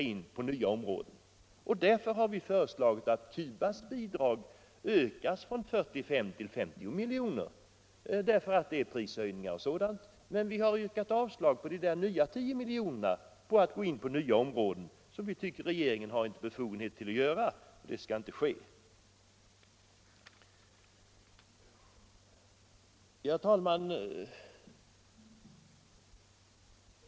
Vi har föreslagit att Cubas bidrag ökas från 45 till 50 miljoner, med tanke på prishöjningar och sådant, men vi har yrkat avslag på de 10 miljoner som regeringen vill satsa på nya områden. Vi tycker att regeringen inte har befogenhet att göra det, och därför skall det inte ske. Herr talman!